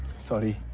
sorry.